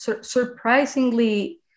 surprisingly